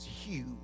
huge